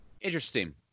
Interesting